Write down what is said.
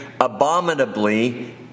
abominably